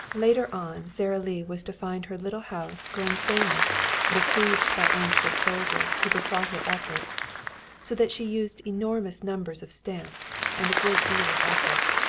later on sara lee was to find her little house growing famous, besieged by anxious soldiers who besought her efforts, so that she used enormous numbers of stamps and a great deal of effort.